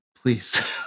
Please